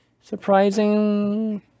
surprising